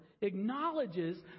acknowledges